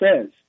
says